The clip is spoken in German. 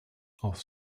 aus